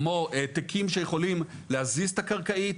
העתקים שיכולים להזיז את הקרקעית